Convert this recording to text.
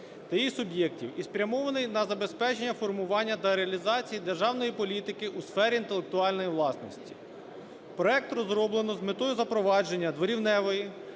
та її суб'єктів і спрямований на забезпечення формування та реалізації державної політики у сфері інтелектуальної власності. Проект розроблено з метою запровадження дворівневої